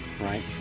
right